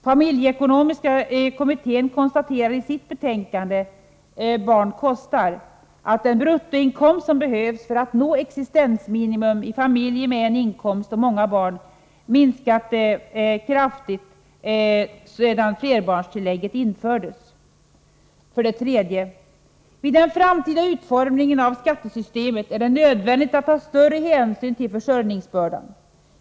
Familjeekonomiska kommittén konstaterar i sitt betänkande Barn kostar att den bruttoinkomst som behövs för att nå existensminimum i familjer med endast en inkomst och många barn minskat kraftigt sedan flerbarnstillägget infördes. För det tredje: Vid den framtida utformningen av skattesystemet är det nödvändigt att ta större hänsyn till försörjningsbördan.